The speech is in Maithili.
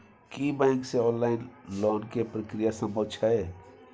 की बैंक से ऑनलाइन लोन के प्रक्रिया संभव छै?